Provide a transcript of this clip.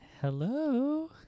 Hello